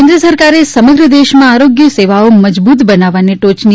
કેન્દ્ર સરકારે સમગ્ર દેશમાં આરોગ્ય સેવાઓ મજબૂત બનાવવાને ટોચની